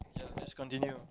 yeah let's continue